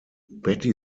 betty